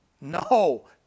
no